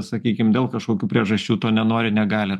sakykim dėl kažkokių priežasčių to nenori negali